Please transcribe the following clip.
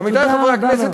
עמיתי חברי הכנסת,